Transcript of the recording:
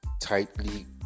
tightly